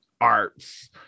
arts